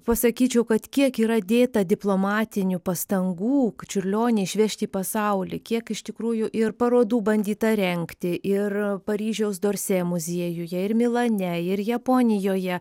pasakyčiau kad kiek yra dėta diplomatinių pastangų čiurlionį išvežti į pasaulį kiek iš tikrųjų ir parodų bandyta rengti ir paryžiaus dorsay muziejuje ir milane ir japonijoje